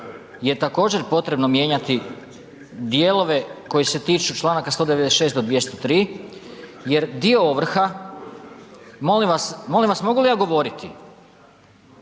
je također potrebno mijenjati dijelove koji se tiču Članaka 196. do 203., jer dio ovrha, molim vas mogu li ja govoriti,